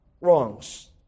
wrongs